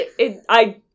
I-